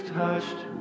touched